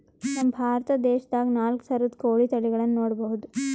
ನಮ್ ಭಾರತ ದೇಶದಾಗ್ ನಾಲ್ಕ್ ಥರದ್ ಕೋಳಿ ತಳಿಗಳನ್ನ ನೋಡಬಹುದ್